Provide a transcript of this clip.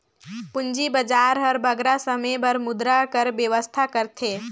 पूंजी बजार हर बगरा समे बर मुद्रा कर बेवस्था करथे